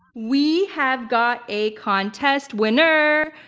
we have got a contest winner!